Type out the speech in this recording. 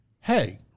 hey